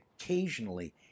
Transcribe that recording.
occasionally